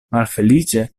malfeliĉe